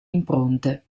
impronte